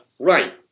Right